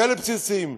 כאלה בסיסיים.